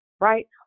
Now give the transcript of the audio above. right